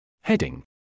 Heading